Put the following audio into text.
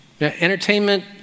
Entertainment